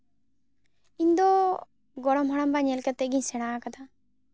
ᱤᱧᱫᱚ ᱜᱚᱲᱚᱢ ᱦᱟᱲᱟᱢᱵᱟ ᱧᱮᱞ ᱠᱟᱛᱮᱜᱮᱧ ᱥᱮᱬᱟ ᱟᱠᱟᱫᱟ